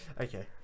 okay